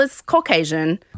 Caucasian